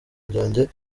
ryanjye